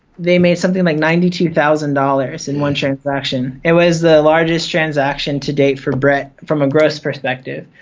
they made something like ninety two thousand dollars in one transaction. it was the largest transaction to date for brett from a gross perspective.